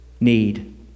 need